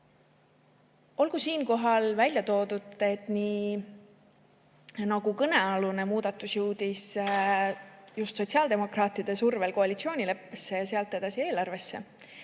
Olgu siinkohal välja toodud, et nii nagu kõnealune muudatus jõudis just sotsiaaldemokraatide survel koalitsioonileppesse ja sealt edasi eelarvesse,